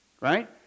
Right